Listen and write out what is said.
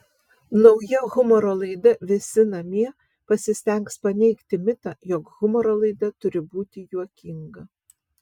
nauja humoro laida visi namie pasistengs paneigti mitą jog humoro laida turi būti juokinga